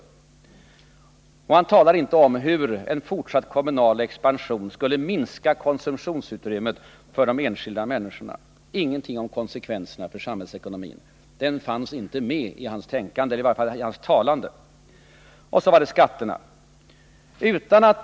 Olof Palme sade heller ingenting om att en fortsatt kommunal expansion skulle minska konsumtionsutrymmet för de enskilda människorna, ingenting om konsekvenserna för samhällsekonomin — den fanns inte med i hans tänkande eller i varje fall inte i hans talande. Och så var det skatterna!